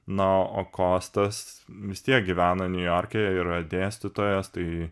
na o kostas vis tiek gyvena niujorke yra dėstytojas tai